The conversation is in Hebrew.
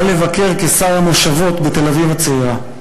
בא לבקר כשר המושבות בתל-אביב הצעירה.